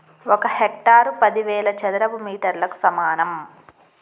ఒక హెక్టారు పదివేల చదరపు మీటర్లకు సమానం